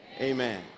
Amen